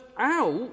out